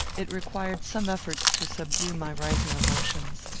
it required some efforts to subdue my rising emotions.